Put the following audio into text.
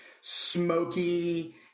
smoky